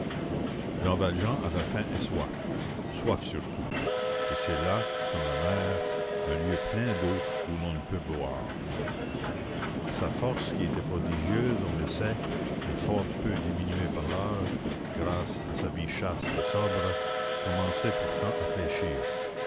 jean valjean avait faim et soif soif surtout et c'est là comme la mer un lieu plein d'eau où l'on ne peut boire sa force qui était prodigieuse on le sait et fort peu diminuée par l'âge grâce à sa vie chaste et sobre commençait pourtant à fléchir